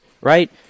right